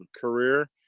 career